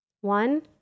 One